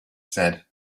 said